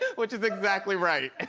which is exactly right.